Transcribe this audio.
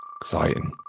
Exciting